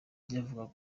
byavugwaga